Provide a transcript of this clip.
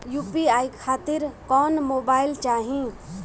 UPI खातिर कौन mobile चाहीं?